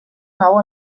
nou